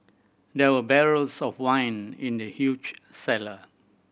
there were barrels of wine in the huge cellar